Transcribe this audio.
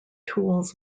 tools